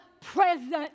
present